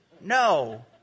No